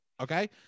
Okay